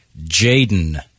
Jaden